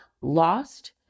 lost